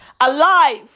alive